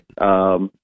Right